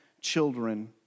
children